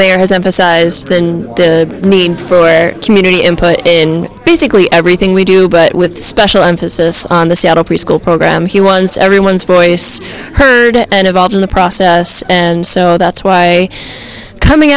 mayor has emphasized the need for community input in basically everything we do but with special emphasis on the seattle preschool program he was everyone's voice heard and involved in the process and so that's why coming